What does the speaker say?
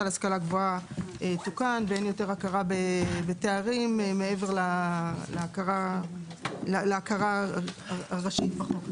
להשכלה גבוהה יתוקן ואין יותר הכרה בתארים מעבר להכרה הראשית בחוק.